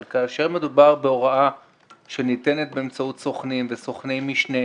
אבל כאשר מדובר בהוראה שניתנת באמצעות סוכנים וסוכני משנה,